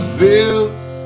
bills